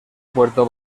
puerto